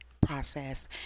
process